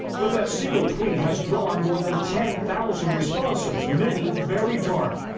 but that single tweet has drawn more than ten thousand responses, many very dark.